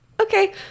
okay